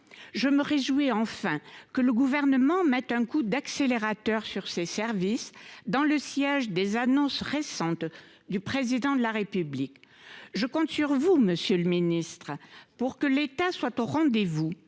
Je me réjouis enfin que le gouvernement mette un coup d'accélérateur sur ses services dans le siège des annonces récentes du président de la République. Je compte sur vous, M. le ministre, pour que l'état soit au rendez vous.